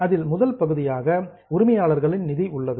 அதில் முதல் பகுதியாக ஓனர்ஸ் ஃபண்ட் உரிமையாளர்களின் நிதி உள்ளது